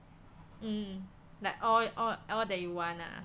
mm like all all all that you want ah